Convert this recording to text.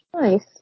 nice